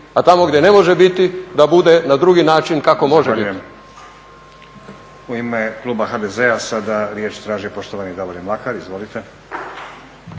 a tamo gdje ne može biti da bude na drugi način kako može biti.